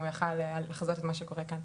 אם הוא היה יכול לחזות את מה שקורה כאן.